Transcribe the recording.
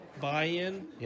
buy-in